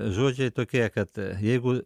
žodžiai tokie kad jeigu